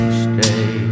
stay